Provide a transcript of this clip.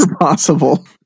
possible